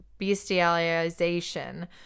bestialization